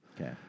Okay